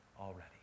already